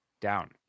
down